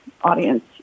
audience